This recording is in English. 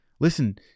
Listen